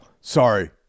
sorry